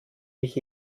mich